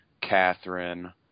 Catherine